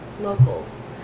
locals